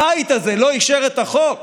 הבית הזה לא אישר את החוק,